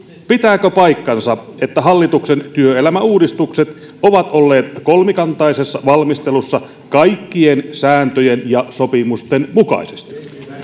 pitääkö paikkansa että hallituksen työelämäuudistukset ovat olleet kolmikantaisessa valmistelussa kaikkien sääntöjen ja sopimusten mukaisesti